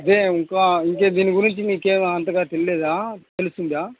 ఇదే ఇంకా ఇంకా దీని గురించి మీకేం అంతగా తెలియదా తెలిసిందా